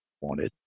wanted